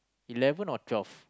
eleven or twelve